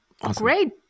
Great